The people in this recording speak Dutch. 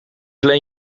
leen